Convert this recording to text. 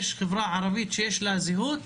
יש חברה ערבית שיש לה זהות,